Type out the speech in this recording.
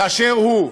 באשר הוא.